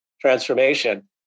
transformation